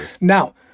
now